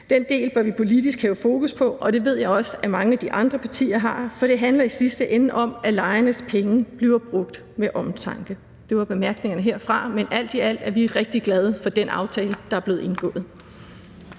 Den del bør vi politisk have fokus på, og det ved jeg også at mange af de andre partier har, for det handler i sidste ende om, at lejernes penge bliver brugt med omtanke. Det var bemærkningerne herfra, men alt i alt er vi rigtig glade for den aftale, der er blevet indgået.